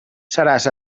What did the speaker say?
seràs